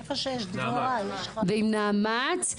ועם נעמ"ת,